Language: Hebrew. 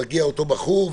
מגיע אותו בחור,